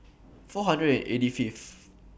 four hundred and eighty Fifth